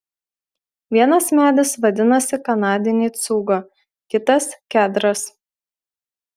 vienas medis vadinasi kanadinė cūga kitas kedras